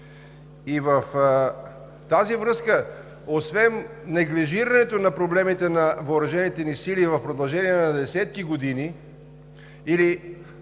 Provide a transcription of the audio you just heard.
В тази връзка, освен неглижирането на проблемите на въоръжените ни сили в продължение на десетки години или залитане в една